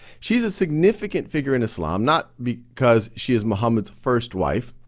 she's a significant figure in islam, not because she is muhammad's first wife,